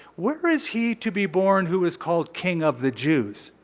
where is he to be born who is called king of the jews?